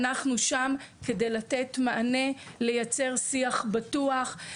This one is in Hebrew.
אנחנו שם כדי לתת מענה לייצר שיח בטוח,